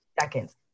seconds